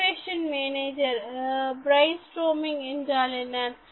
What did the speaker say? innovation manager brainstorming என்றால் என்ன